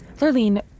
Lurline